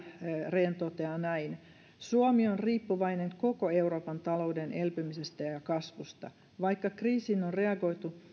rehn toteaa näin suomi on riippuvainen koko euroopan talouden elpymisestä ja ja kasvusta vaikka kriisiin on reagoitu